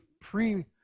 pre